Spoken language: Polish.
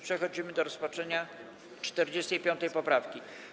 Przechodzimy do rozpatrzenia 45. poprawki.